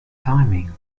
timing